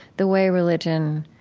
the way religion